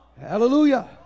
Hallelujah